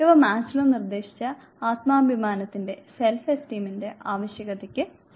ഇവ മാസ്ലോ നിർദ്ദേശിച്ച ആത്മാഭിമാനത്തിന്റെ ആവശ്യകതയ്ക്ക് സമാനമാണ്